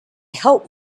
hope